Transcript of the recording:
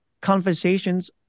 conversations